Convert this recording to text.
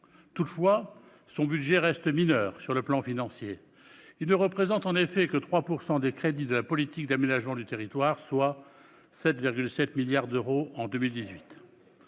Toutefois, son budget reste mineur en termes financiers. Il ne représente en effet que 3 % des crédits de la politique d'aménagement du territoire, soit 7,7 milliards d'euros en 2018.